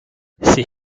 ses